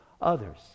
others